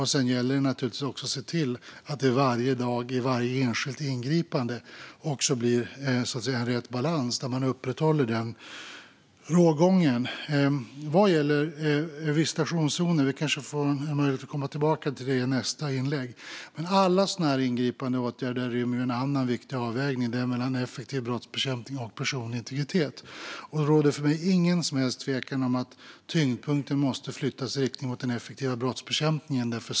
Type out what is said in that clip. Det gäller naturligtvis att se till att det varje dag och i varje enskilt ingripande blir rätt balans och att man upprätthåller rågången. Frågan om visitationszoner kanske jag får möjlighet att återkomma till i nästa inlägg. Men alla sådana här ingripande åtgärder rymmer en annan viktig avvägning, nämligen den mellan effektiv brottsbekämpning och personlig integritet. Det råder för mig ingen som helst tvekan om att tyngdpunkten måste flyttas i riktning mot den effektiva brottsbekämpningen.